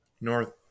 North